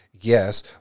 Yes